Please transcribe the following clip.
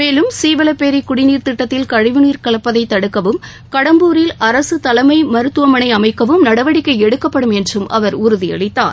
மேலும் சீவலப்பேரி குடிநீர்த் திட்டத்தில் கழிவுநீர் கலப்பதை தடுக்கவும் கடம்பூரில் அரசு தலைமை மருத்துவமனை அமைக்கவும் நடவடிக்கை எடுக்கப்படும் என்றும் அவர் உறுதியளித்தார்